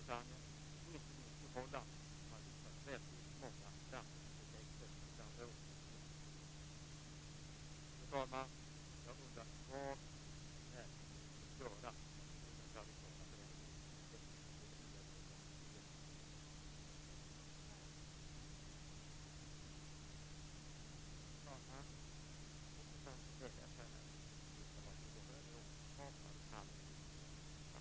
Bakgrunden till frågan är att de allra flesta av oss tycker att det är bättre med aktiva åtgärder än med passiv sjukskrivning och sjukpension. Ett par viktiga åtgärder under 90-talet har varit införande av de s.k. Dagmarpengarna, som har kunnat föras över från försäkringskassor till landstingen efter lokala uppgörelser.